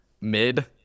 mid